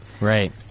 Right